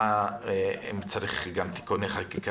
ואם צריך גם תיקוני חקיקה,